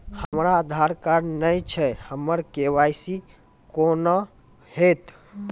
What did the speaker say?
हमरा आधार कार्ड नई छै हमर के.वाई.सी कोना हैत?